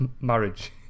marriage